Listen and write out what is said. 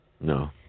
No